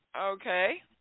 Okay